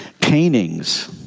Paintings